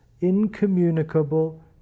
incommunicable